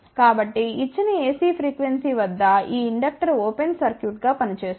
కాబట్టి ఇచ్చిన AC frequency వద్ద ఈ ఇండక్టర్ ఓపెన్ సర్క్యూట్గా పని చేస్తుంది